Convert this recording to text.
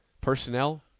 Personnel